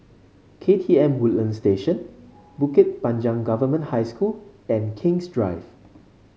K T M Woodlands Station Bukit Panjang Government High School and King's Drive